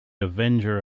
avenger